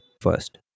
first